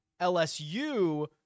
LSU